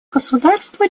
государства